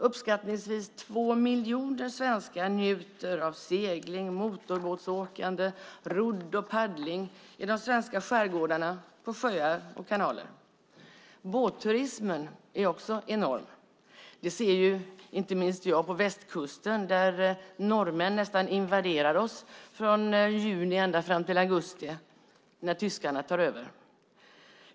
Uppskattningsvis två miljoner svenskar njuter av segling, motorbåtsåkande, rodd och paddling i de svenska skärgårdarna, på sjöar och kanaler. Båtturismen är också enorm. Det ser inte minst jag på västkusten där norrmän nästan invaderar oss från juni och fram till augusti när tyskarna tar över.